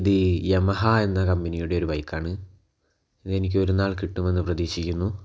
ഇത് യമഹാ എന്ന കമ്പനിയുടെ ഒരു ബൈക്കാണ് ഇതെനിക്ക് ഒരു നാൾ കിട്ടുമെന്ന് പ്രതീക്ഷിക്കുന്നു